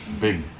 big